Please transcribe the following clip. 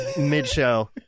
Mid-show